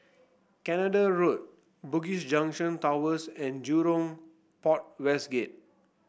Canada Road Bugis Junction Towers and Jurong Port West Gate